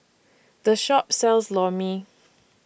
The Shop sells Lor Mee